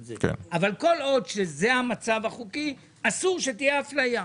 זה אבל כל עוד זה המצב החוקי אסור שתהיה אפליה.